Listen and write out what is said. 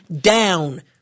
down